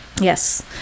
Yes